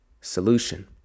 solution